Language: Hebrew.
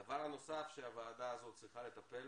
הדבר הנוסף שהוועדה הזאת צריכה לטפל